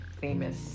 famous